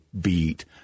beat